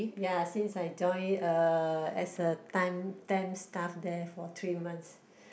ya since I join uh as a time temp staff there for three months